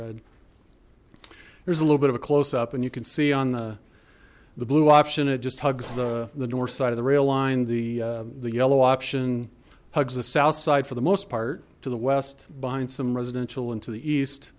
red there's a little bit of a close up and you can see on the the blue option it just hugs the the north side of the rail line the the yellow option hugs the south side for the most part to the west buying some residential into the east